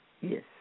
Yes